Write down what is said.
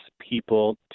people